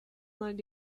might